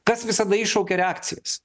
kas visada iššaukia reakcijas